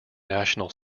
national